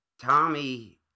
Tommy